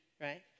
right